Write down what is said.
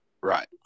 Right